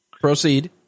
proceed